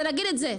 זה להגיד את זה,